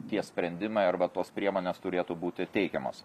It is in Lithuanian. tie sprendimai arba tos priemonės turėtų būti teikiamos